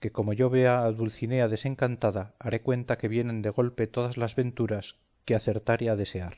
que como yo vea a dulcinea desencantada haré cuenta que vienen de golpe todas las venturas que acertare a desear